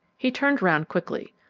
he turned round quickly.